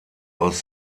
aus